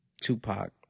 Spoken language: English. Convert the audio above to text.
Tupac